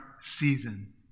season